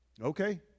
Okay